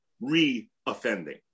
re-offending